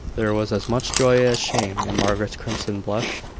there was as much joy as shame in margaret's crimson blush.